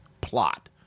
plot